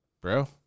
bro